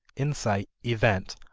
insight, event,